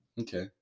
Okay